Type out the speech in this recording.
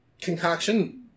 concoction